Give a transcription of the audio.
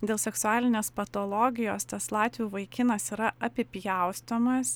dėl seksualinės patologijos tas latvių vaikinas yra apipjaustomas